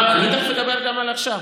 אני תכף אדבר גם על עכשיו.